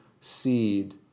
seed